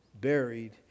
buried